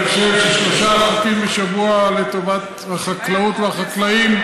אני חושב ששלושה חוקים בשבוע לטובת החקלאות והחקלאים,